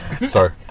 Sorry